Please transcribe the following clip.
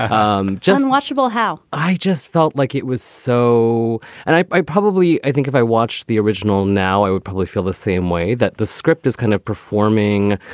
um just watchable. how i just felt like it was so and i i probably i think if i watched the original now, i would probably feel the same way that the script is kind of performing.